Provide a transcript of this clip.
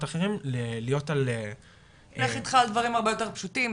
אחרים להיות על --- אני אלך איתך על הרבה יותר פשוטים,